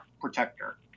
protector